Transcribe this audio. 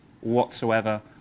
whatsoever